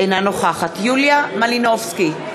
אינה נוכחת יוליה מלינובסקי,